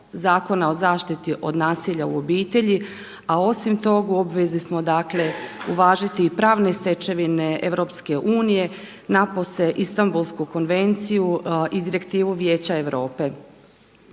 Zakona o zaštiti od nasilja u obitelji, a osim tog u obvezi smo dakle uvažiti i pravne stečevine EU napose Istambulsku konvenciju i direktivu Vijeća Europe.